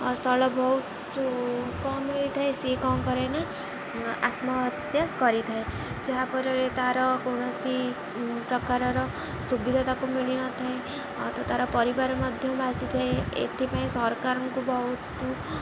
ସ୍ଥଳ ବହୁତ କମ୍ ହେଇଥାଏ ସିଏ କ'ଣ କରେ ନା ଆତ୍ମହତ୍ୟା କରିଥାଏ ଯାହାଫଳରେ ତାର କୌଣସି ପ୍ରକାରର ସୁବିଧା ତାକୁ ମିଳିନଥାଏ ଅ ତ ତାର ପରିବାର ମଧ୍ୟ ଆସିଥାଏ ଏଥିପାଇଁ ସରକାରଙ୍କୁ ବହୁତ